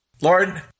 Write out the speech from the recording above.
Lord